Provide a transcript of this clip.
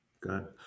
good